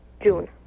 June